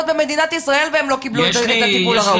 במדינת ישראל והם לא קיבלו את הטיפול הראוי.